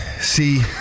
see